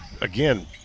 Again